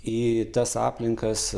į tas aplinkas